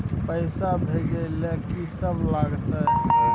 पैसा भेजै ल की सब लगतै?